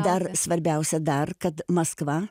dar svarbiausia dar kad maskva